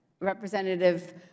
Representative